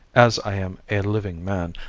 as i am a living man,